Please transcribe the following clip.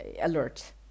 alert